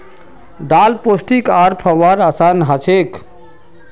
दाल पोष्टिक आर पकव्वार असान हछेक